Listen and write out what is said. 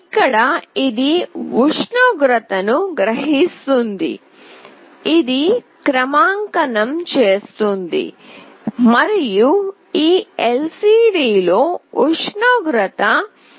ఇక్కడ ఇది ఉష్ణోగ్రతను గ్రహిస్తుంది ఇది క్రమాంకనం చేస్తుంది మరియు ఈ LCD లో ఉష్ణోగ్రత ను ప్రదర్శిస్తుంది